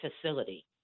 facility